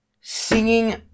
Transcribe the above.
singing